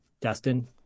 Dustin